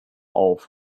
auf